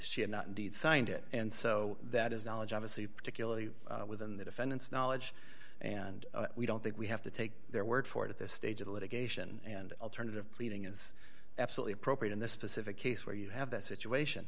she had not indeed signed it and so that is knowledge obviously particularly within the defendant's knowledge and we don't think we have to take their word for it at this stage of the litigation and alternative pleading is absolutely appropriate in this specific case where you have that situation